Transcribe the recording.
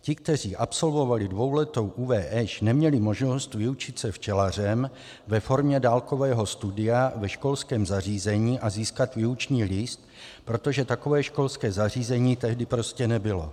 Ti, kteří absolvovali dvouletou ÚVŠ, neměli možnost vyučit se včelařem ve formě dálkového studia ve školském zařízení a získat výuční list, protože takové školské zařízení tehdy prostě nebylo.